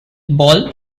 ball